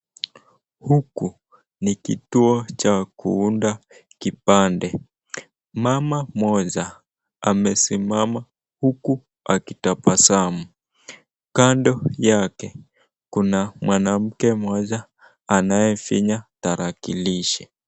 Huku ni kituo cha kuunda kipande. Mama mmoja amesimama huku akitabasamu. Kando yake kuna mwanamke mmoja anayefinya tarakilishi.